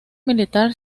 militar